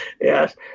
Yes